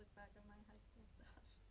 back on my high school stuff.